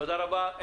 תודה רבה.